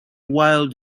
while